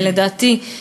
ולדעתי,